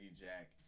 jack